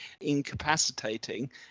incapacitating